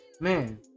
man